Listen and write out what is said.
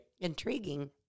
Intriguing